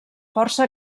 força